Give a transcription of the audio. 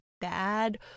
bad